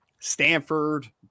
Stanford